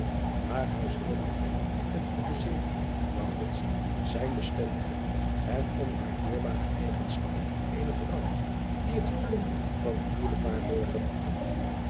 aar huishoudelijkheid en goede zeden zijn bestendige en onwaardeerbare eigenschappen eener vrouw die het geluk van een huwelijk waarborgen